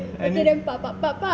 and